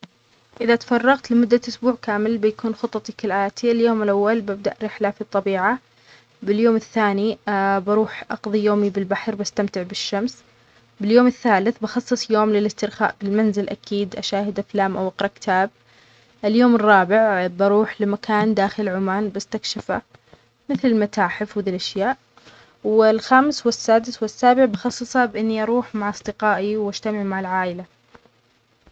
اذا تفرغت لمدة اسبوع كامل بيكون خطتي كالأتي اليوم الاول ببدأ رحلة في الطبيعة باليوم الثاني بروح اقظي يومي بالبحر بستمتع بالشمس باليوم الثالث بخصص يوم للاسترخاء بالمنزل اكيد اشاهد افلام او أقرا كتاب اليوم الرابع بروح لمكان داخل عمان بستكشفه مثل المتاحف وذي الاشياء والخمس والسادس والسابع بخفصصه باني اروح مع أصدقائي واجتمع مع العائلة.